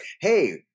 hey